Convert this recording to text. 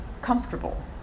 comfortable